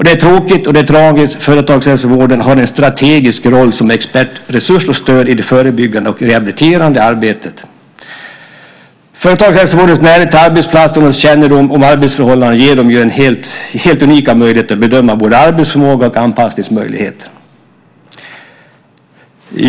Det är tråkigt och det är tragiskt, för företagshälsovården har en strategisk roll som expertresurs och stöd i det förebyggande och rehabiliterande arbetet. Företagshälsovårdens närhet till arbetsplatserna och dess kännedom om arbetsförhållandena ger den helt unika möjligheter att bedöma både arbetsförmåga och anpassningsmöjligheter.